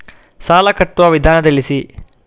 ಸಾಲ ಕಟ್ಟುವ ವಿಧಾನ ತಿಳಿಸಿ?